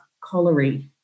colliery